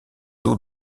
zoo